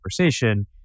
conversation